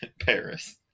Paris